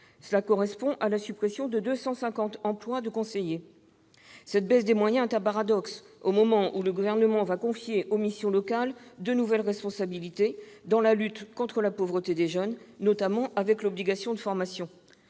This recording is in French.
Cela correspond à la suppression de 250 emplois de conseiller. Cette baisse de moyens est un paradoxe, au moment où le Gouvernement va confier aux missions locales de nouvelles responsabilités dans la lutte contre la pauvreté des jeunes, notamment avec l'obligation de formation.